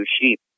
sheep